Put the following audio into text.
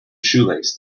shoelace